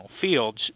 fields